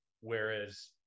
Whereas